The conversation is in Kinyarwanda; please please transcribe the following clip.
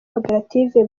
koperative